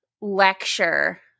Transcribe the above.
lecture